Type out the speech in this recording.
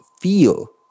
feel